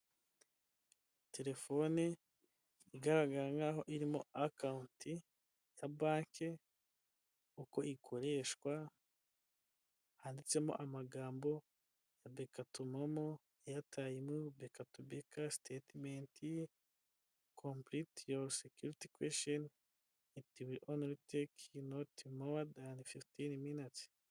Telefoni igaragara nk'aho irimo account ya banke uko ikoreshwa, handitsemo amagambo: BK to Momo, airtime, BK to BK, statement, complete your security questions, it will only take you not more than 15 minutes.